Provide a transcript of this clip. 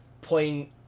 playing